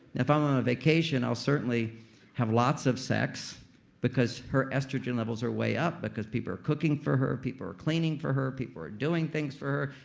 if i'm on a vacation, i'll certainly have lots of sex because her estrogen levels are way up because people are cooking for her. people are cleaning for her. people are doing things for her.